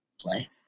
play